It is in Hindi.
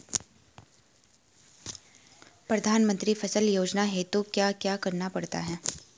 प्रधानमंत्री फसल योजना हेतु क्या क्या करना पड़ता है?